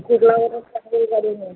कुर्लावरून पनवेल गाडी मिळेल